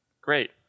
Great